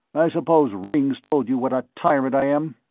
i suppose ringg's told you what a tyrant i am?